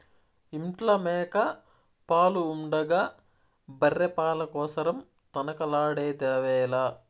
ఇంట్ల మేక పాలు ఉండగా బర్రె పాల కోసరం తనకలాడెదవేల